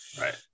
Right